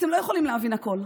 אתם לא יכולים להבין הכול.